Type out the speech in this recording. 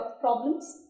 problems